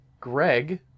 Greg